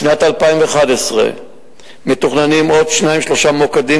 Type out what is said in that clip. בשנת 2011 מתוכננים עוד שניים-שלושה מוקדים